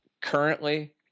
Currently